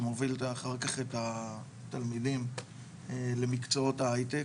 שמוביל אחר כך את התלמידים למקצועות ההייטק,